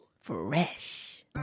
Fresh